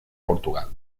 portugal